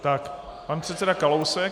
Tak pan předseda Kalousek.